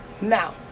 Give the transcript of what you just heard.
Now